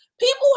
People